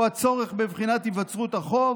או הצורך בבחינת היווצרות החוב,